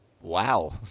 Wow